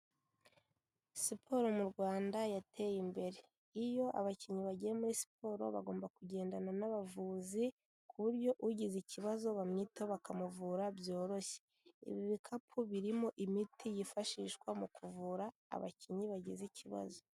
Siporo mu Rwanda yateye imbere. Iyo abakinnyi bagiye muri siporo bagomba kugendana n'abavuzi ku buryo ugize ikibazo bamwitaho bakamuvura byoroshye. Ibi bikapu birimo imiti yifashishwa mu kuvura abakinnyi bagize ikibazo.